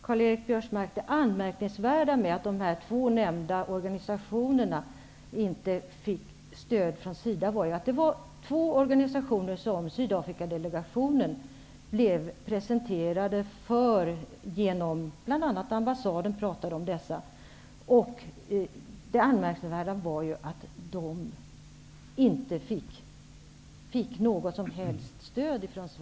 Herr talman! Det anmärkningsvärda med att de två organisationer som nämndes inte fick stöd från SIDA var ju, Karl-Göran Biörsmark, att det var två organisationer som Sydafrikadelegationen blev presenterad för. Man pratade om dem bl.a. på ambassaden. Det anmärkningsvärda var ju att de inte fick något som helst stöd från Sverige.